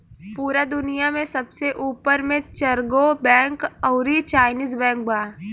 पूरा दुनिया में सबसे ऊपर मे चरगो बैंक अउरी चाइनीस बैंक बा